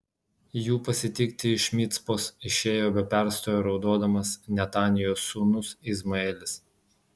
jų pasitikti iš micpos išėjo be perstojo raudodamas netanijos sūnus izmaelis